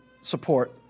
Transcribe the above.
support